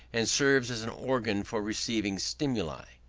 and serves as an organ for receiving stimuli.